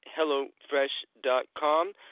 HelloFresh.com